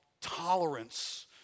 tolerance